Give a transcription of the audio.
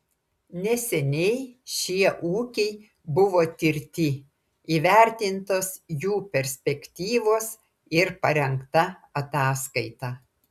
neseniai šie ūkiai buvo tirti įvertintos jų perspektyvos ir parengta ataskaita